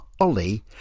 Ollie